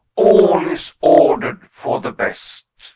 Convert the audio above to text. all is ordered for the best.